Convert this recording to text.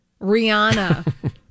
rihanna